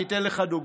אני אתן לך דוגמה: